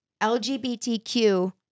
LGBTQ